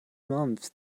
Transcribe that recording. months